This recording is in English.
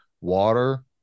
water